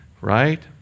Right